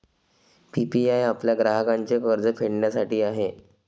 PPI आपल्या ग्राहकांचे कर्ज फेडण्यासाठी आहे